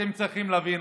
אתם צריכים להבין,